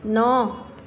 ন